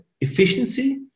efficiency